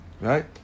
Right